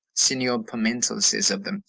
senor pimental says of them,